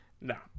No